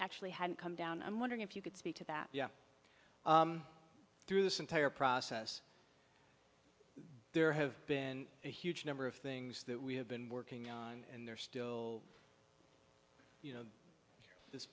actually had come down i'm wondering if you could speak to that yeah through this entire process there have been a huge number of things that we have been working on and they're still you know this